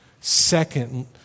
Second